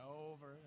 over